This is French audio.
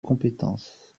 compétence